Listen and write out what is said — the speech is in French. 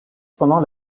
pendant